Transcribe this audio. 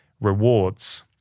rewards